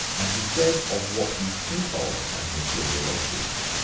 and he said, of what we think ah of as material objects,